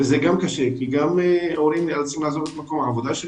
אבל גם זה קשה כי הורים נאלצים לעזוב את מקום עבודתם.